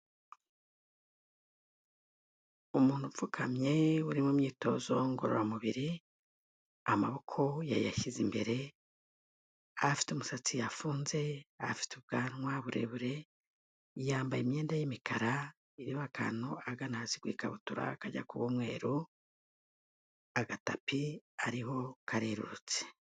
Umuntu upfukamye uri mu myitozo ngororamubiri amaboko yayashyize imbere, afite umusatsi yafunze, afite ubwanwa burebure, yambaye imyenda y'imikara iriho akantu ahagana hasi ku ikabutura kajya kuba umweru, agatapi ariho karerurutse.